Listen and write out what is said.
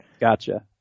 Gotcha